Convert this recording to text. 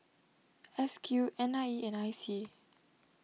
S Q N I E and I C A